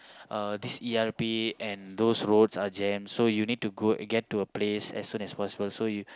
uh this E_R_P and those roads are jam so you need go get to a place as soon as possible so you